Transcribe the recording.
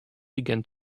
began